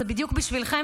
זה בדיוק בשבילכם,